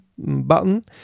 Button